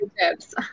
tips